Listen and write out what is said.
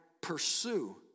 pursue